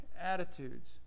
attitudes